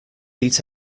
eat